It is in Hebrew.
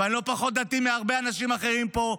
ואני לא פחות דתי מהרבה אנשים אחרים פה,